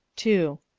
two.